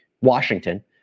Washington